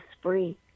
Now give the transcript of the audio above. free